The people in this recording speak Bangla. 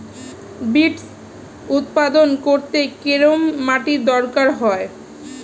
বিটস্ উৎপাদন করতে কেরম মাটির দরকার হয়?